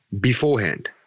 beforehand